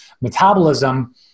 metabolism